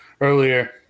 earlier